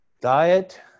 diet